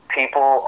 people